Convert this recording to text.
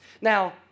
Now